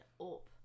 up